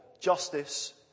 justice